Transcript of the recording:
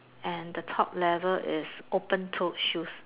and the top level is open toe shoe